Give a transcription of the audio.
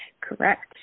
Correct